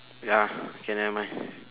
ya okay nevermind